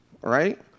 right